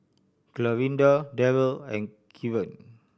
Clarinda Daryl and Keven